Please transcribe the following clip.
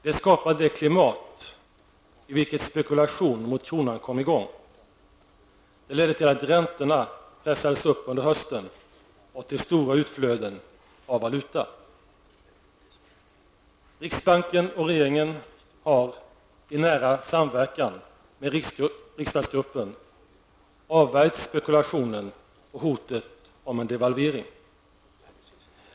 Det skapade det klimat i vilket spekulation mot kronan kom i gång. Det ledde till att räntorna pressades upp under hösten och till stora utflöden av valuta. Riksbanken och regeringen har i nära samverkan med riksdagsgruppen avvärjt spekulationen och hotet om en devalvering.